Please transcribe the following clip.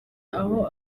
aho